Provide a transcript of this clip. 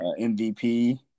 MVP